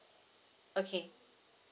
okay